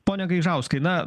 pone gaižauskai na